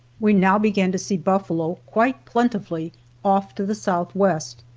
we now began to see buffalo quite plentifully off to the southwest,